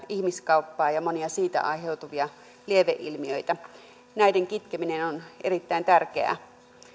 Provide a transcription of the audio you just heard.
ihmiskauppaa ja monia siitä aiheutuvia lieveilmiöitä näiden kitkeminen on erittäin tärkeää